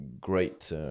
great